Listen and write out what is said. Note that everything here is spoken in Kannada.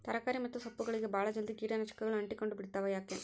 ತರಕಾರಿ ಮತ್ತು ಸೊಪ್ಪುಗಳಗೆ ಬಹಳ ಜಲ್ದಿ ಕೇಟ ನಾಶಕಗಳು ಅಂಟಿಕೊಂಡ ಬಿಡ್ತವಾ ಯಾಕೆ?